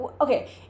Okay